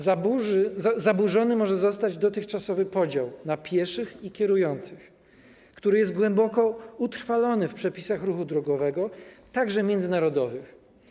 Zaburzony może zostać dotychczasowy podział na pieszych i kierujących, który jest głęboko utrwalony w przepisach ruchu drogowego, także międzynarodowych.